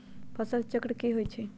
फसल चक्र की होइ छई?